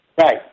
Right